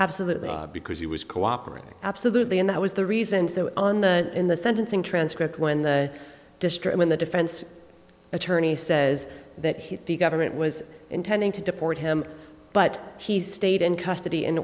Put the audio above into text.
absolutely because he was cooperating absolutely and that was the reason so on the in the sentencing transcript when the district when the defense attorney says that he thought the government was intending to deport him but he stayed in custody in